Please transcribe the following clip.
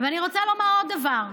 אני רוצה לומר עוד דבר.